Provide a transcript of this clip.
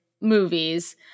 movies